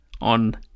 on